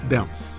Dance